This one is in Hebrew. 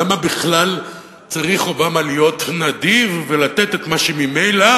למה בכלל צריך אובמה להיות נדיב ולתת את מה שממילא